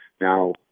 Now